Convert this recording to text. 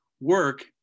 work